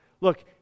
Look